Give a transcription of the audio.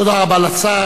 תודה רבה לשר.